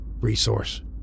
resource